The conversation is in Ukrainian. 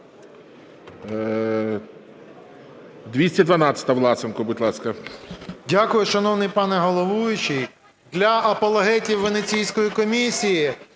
Дякую, шановний пане головуючий. Для апологетів Венеційської комісії